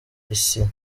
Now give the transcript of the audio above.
isi